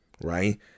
right